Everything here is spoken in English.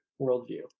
worldview